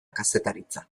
kazetaritza